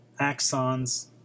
axons